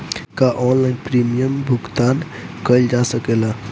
का online premium भुगतान कईल जा सकेला?